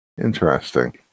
Interesting